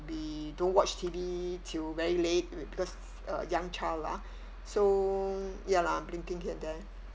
we don't watch T_V till very late we because uh young child lah so ya lah blinking here and there